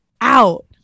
out